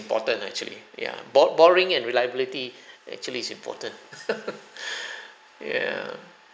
important actually ya bo~ boring and reliability actually is important ya